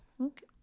okay